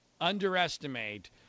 underestimate